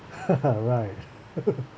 right